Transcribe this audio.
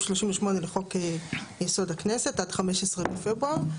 סעיף 38 לחוק יסוד: הכנסת עד 15 בפברואר.